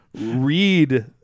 read